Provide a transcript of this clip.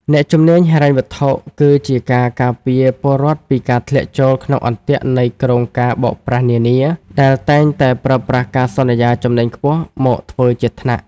អ្នកជំនាញហិរញ្ញវត្ថុគឺជាអ្នកការពារពលរដ្ឋពីការធ្លាក់ចូលក្នុងអន្ទាក់នៃគ្រោងការណ៍បោកប្រាស់នានា ដែលតែងតែប្រើប្រាស់ការសន្យាចំណេញខ្ពស់មកធ្វើជាថ្នាក់។